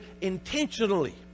intentionally